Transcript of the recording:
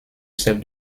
celle